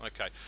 Okay